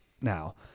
now